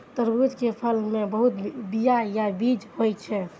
तरबूज के फल मे बहुत बीया या बीज होइ छै